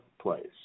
place